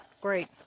great